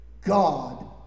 God